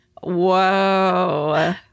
Whoa